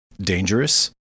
dangerous